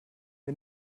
wir